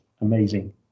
amazing